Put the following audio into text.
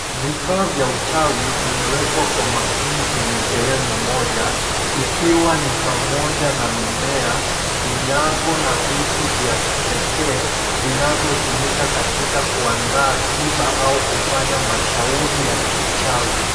Vifaa vya uchawi vimewekwa kwa makini kwenye sehemu moja, ikiwa ni pamoja na mimea, vinyago na vitu vya kipekee vinavyotumika katika kuandaa tiba au kufanya mashauri ya kichawi.